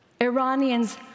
Iranians